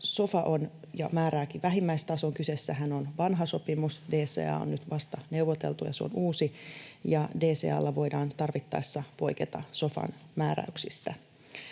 Sofa on ja määrää vähimmäistason, kyseessähän on vanha sopimus. DCA on nyt vasta neuvoteltu, se on uusi, ja DCA:lla voidaan tarvittaessa poiketa sofan määräyksistä.